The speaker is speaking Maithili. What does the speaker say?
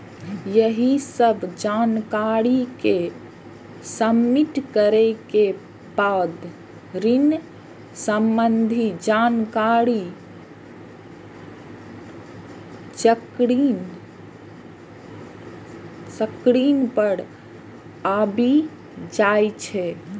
एहि सब जानकारी कें सबमिट करै के बाद ऋण संबंधी जानकारी स्क्रीन पर आबि जाइ छै